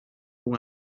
con